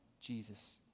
jesus